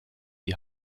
die